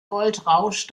goldrausch